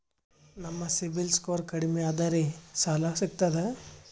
ನಮ್ದು CIBIL score ಕಡಿಮಿ ಅದರಿ ಸಾಲಾ ಸಿಗ್ತದ?